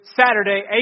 Saturday